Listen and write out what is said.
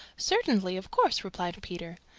certainly. of course, replied peter.